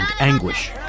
anguish